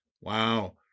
Wow